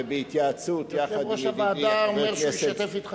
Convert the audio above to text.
ובהתייעצות עם ידידי